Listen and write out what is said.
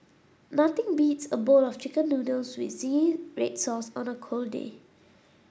nothing beats a bowl of chicken noodles with zingy red sauce on a cold day